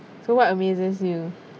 so what amazes you